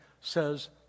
says